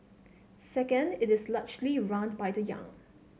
second it is largely run by the young